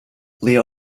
leo